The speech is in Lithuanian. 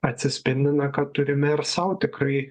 atsispindi na ką turime ir sau tikrai